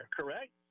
correct